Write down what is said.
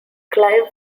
clive